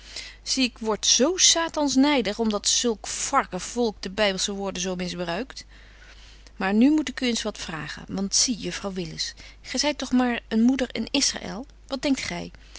zie ik word zo satans nydig om dat zulk varkenvolk de bybelsche woorden zo misbruikt maar nu moet ik u eens wat vragen want zie juffrouw willis gy zyt toch maar een moeder in israël wat denkt gy